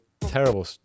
terrible